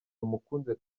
bamukunze